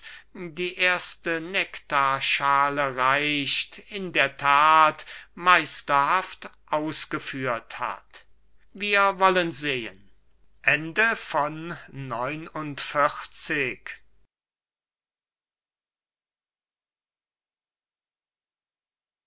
die erste nektarschale reicht in der that meisterhaft ausgeführt hat wir wollen sehen